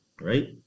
right